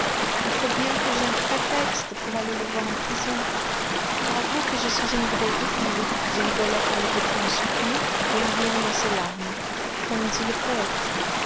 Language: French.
il faut bien que j'aie un prétexte pour aller le voir en prison avoue que je suis une drôle de fille dit rigolette en étouffant un soupir et en riant dans ses larmes comme dit le poëte